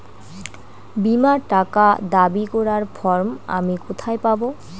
বীমার টাকা দাবি করার ফর্ম আমি কোথায় পাব?